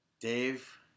Dave